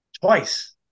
twice